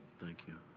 thank you.